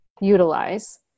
utilize